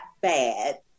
bad